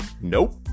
Nope